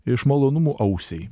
iš malonumų ausiai